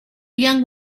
young